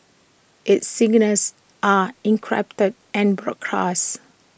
its signals are encrypted and broadcast